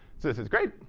so this is great.